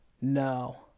No